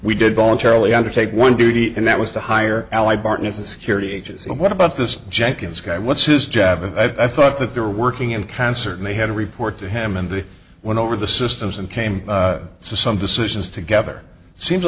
we did voluntarily undertake one duty and that was to hire allied barton a security agency and what about this jenkins guy what's his jab and i thought that they were working in concert and they had a report to him and they went over the systems and came to some decisions together seems